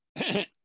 Okay